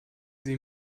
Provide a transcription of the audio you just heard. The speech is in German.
sie